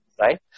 Right